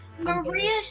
Maria